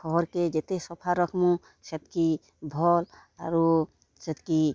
ଘର୍ କେ ଯେତେ ସଫା ରଖମୁ ସେତକି ଭଲ୍ ଆରୁ ସେତକି